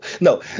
No